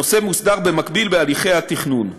הנושא מוסדר במקביל בהליכי התכנון.